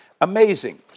Amazing